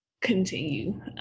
continue